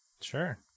Sure